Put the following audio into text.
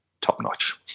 top-notch